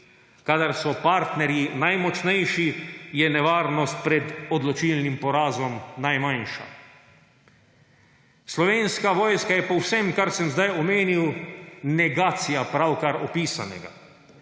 Kadar so partnerji najmočnejši, je nevarnost pred odločilnim porazom najmanjša. Slovenska vojska je po vsem, kar sem sedaj omenil, negacija pravkar opisanega.